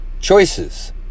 choices